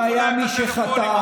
אם היה מי שחטא,